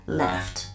left